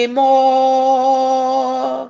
more